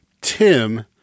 Tim